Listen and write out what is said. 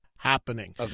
Happening